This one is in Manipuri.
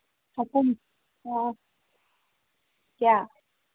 ꯑꯍꯨꯝ ꯑ ꯀꯌꯥ